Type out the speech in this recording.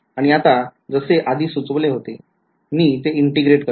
आणि आता जसे आधी सुचवले होते मी ते integrate करतो